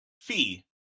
Fee